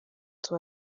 twe